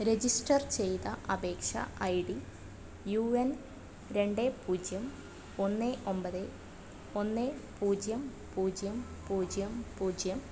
register ചെയ്ത അപേക്ഷ I D U N രണ്ട് പൂജ്യം ഒന്ന് ഒമ്പത് ഒന്ന് പൂജ്യം പൂജ്യം പൂജ്യം പൂജ്യം